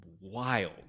wild